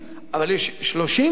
אבל יש 30 שרים,